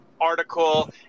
article